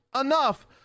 enough